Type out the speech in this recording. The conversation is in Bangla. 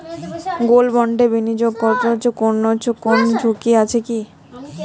গোল্ড বন্ডে বিনিয়োগে কোন ঝুঁকি আছে কি?